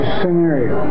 scenario